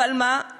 אבל מה?